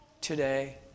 today